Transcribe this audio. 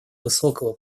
высокого